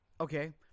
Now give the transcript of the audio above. okay